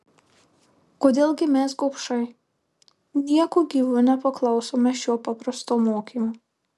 kodėl gi mes gobšai nieku gyvu nepaklausome šio paprasto mokymo